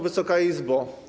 Wysoka Izbo!